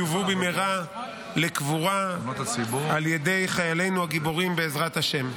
יובאו במהרה לקבורה על ידי חיילינו הגיבורים בעזרת השם.